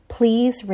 please